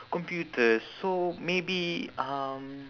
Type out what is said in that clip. computers so maybe um